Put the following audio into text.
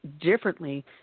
differently